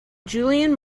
julian